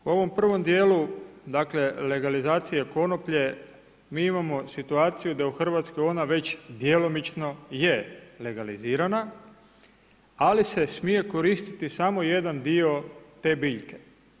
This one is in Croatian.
U ovom prvom dijelu dakle, legalizacije konoplje mi imamo situaciju da je u RH ona već djelomično je legalizirana, ali se smije koristiti samo jedan dio te biljke.